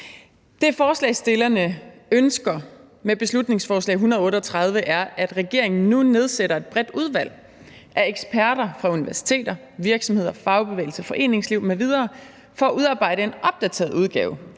Det, forslagsstillerne ønsker med beslutningsforslag B 138 er, at regeringen nu nedsætter et bredt udvalg af eksperter fra universiteter, virksomheder, fagbevægelse, foreningsliv m.v. for at udarbejde en opdateret udgave